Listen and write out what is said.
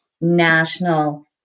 national